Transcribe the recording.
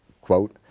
quote